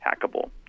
hackable